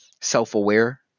self-aware